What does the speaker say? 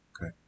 Okay